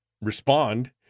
respond